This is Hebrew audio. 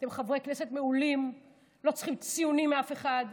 אתם חברי כנסת מעולים, לא צריכים ציונים מאף אחד.